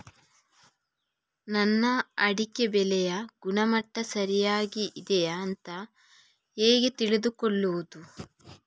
ನನ್ನ ಅಡಿಕೆ ಬೆಳೆಯ ಗುಣಮಟ್ಟ ಸರಿಯಾಗಿ ಇದೆಯಾ ಅಂತ ಹೇಗೆ ತಿಳಿದುಕೊಳ್ಳುವುದು?